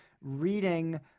reading